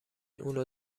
اونو